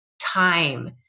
time